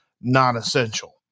non-essential